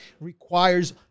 Requires